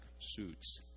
suits